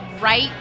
right